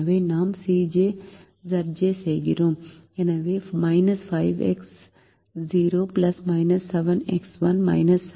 எனவே நாம் Cj Zj செய்கிறோம்